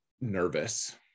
nervous